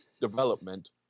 development